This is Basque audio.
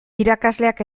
irakasleak